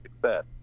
success